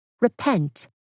Repent